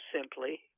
simply